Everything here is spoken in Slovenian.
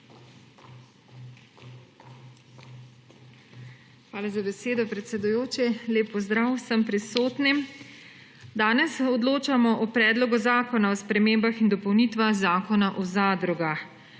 Hvala za besedo, predsedujoči. Lep pozdrav vsem prisotnim! Danes odločamo o Predlogu zakona o spremembah in dopolnitvah Zakona o zadrugah.